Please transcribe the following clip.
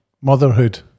motherhood